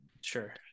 sure